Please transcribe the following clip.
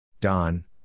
Don